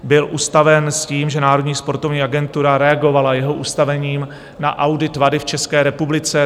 Byl ustaven s tím, že Národní sportovní agentura reagovala jeho ustavením na audit WADA v České republice.